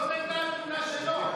זאת הייתה התלונה שלו.